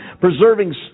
preserving